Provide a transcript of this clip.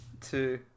two